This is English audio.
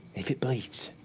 if it bleeds,